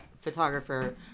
photographer